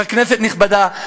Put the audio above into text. כנסת נכבדה,